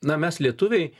na mes lietuviai